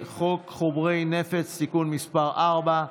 חוק חומרי נפץ (תיקון מס' 4,